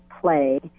play